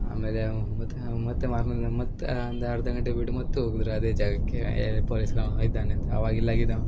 ಆಮೇಲೆ ಮತ್ತೆ ಮತ್ತೆ ಮಾರನೇ ದಿನ ಮತ್ತೆ ಒಂದೆರಡು ದಿನ ಡ್ ಬಿಟ್ಟು ಮತ್ತೆ ಹೋಗುದ್ ಅದೇ ಜಾಗಕ್ಕೆ ಅಯದೆ ಪೊಲೀಸ್ನವ ಇದ್ದಾನೆ ಅಂತ ಅವಾಗಿಲ್ಲ ಆಗಿದವ